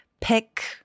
pick